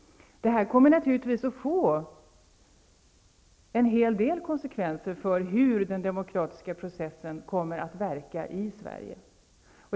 Detta kommer naturligtvis att få en hel del konsekvenser för hur den demokratiska processen kommer att verka i Sverige.